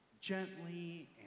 gently